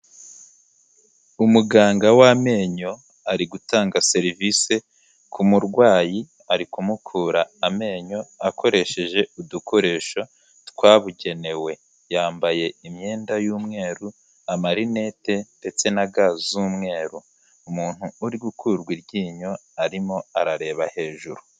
Umuganga w'amenyo ari gutanga serivise ku murwayi ari kumukura amenyo akoresheje udukoresho twabugenewe, yambaye imyenda y'umweru amarinete ndetse na ga z'umweru, umuntu uri gukurwa iryinyo arimo arareba hejuru.